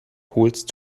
holst